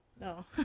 No